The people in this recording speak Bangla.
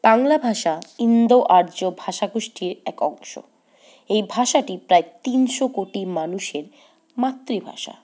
বাংলা ভাষা ইন্দো আর্য ভাষাগোষ্ঠীর এক অংশ এই ভাষাটি প্রায় তিনশো কোটি মানুষের মাতৃভাষা